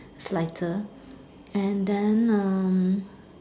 is lighter and then hmm